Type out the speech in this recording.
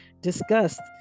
discussed